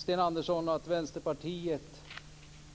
Sten Andersson sade att Vänsterpartiet